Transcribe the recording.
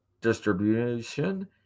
Distribution